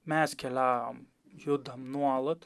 mes keliaujam judam nuolat